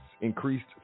increased